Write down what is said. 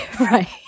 Right